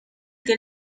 que